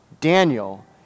Daniel